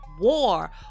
war